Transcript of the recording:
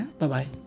bye-bye